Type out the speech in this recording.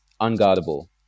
unguardable